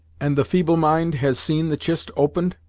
and the feeble-mind has seen the chist opened?